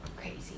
Crazy